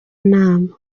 inama